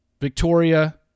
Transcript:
Victoria